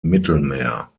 mittelmeer